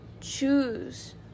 choose